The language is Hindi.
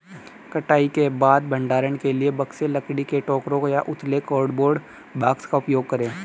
कटाई के बाद भंडारण के लिए बक्से, लकड़ी के टोकरे या उथले कार्डबोर्ड बॉक्स का उपयोग करे